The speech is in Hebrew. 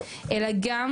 אלא גם